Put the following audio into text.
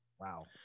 Wow